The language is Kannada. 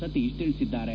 ಸತೀಶ್ ತಿಳಿಸಿದ್ದಾರೆ